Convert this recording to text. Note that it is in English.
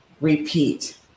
repeat